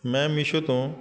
ਮੈਂ ਮਿਸ਼ੋ ਤੋਂ